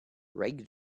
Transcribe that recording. rake